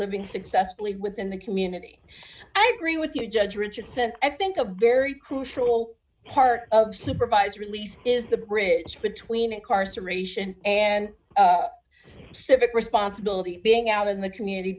living successfully within the community i agree with you judge richardson i think a very crucial part of supervised release is the bridge between incarceration and civic responsibility being out in the community